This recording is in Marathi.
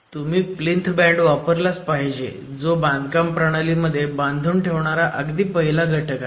तुम्ही प्लिंथ बॅंड वापरलाच पाहिजे जो बांधकाम प्रणालीमध्ये बांधून ठेवणारा अगदी पहिला घटक आहे